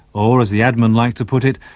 or, as the admen like to put it,